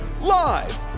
live